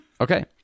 Okay